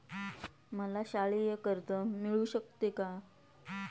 मला शालेय कर्ज मिळू शकते का?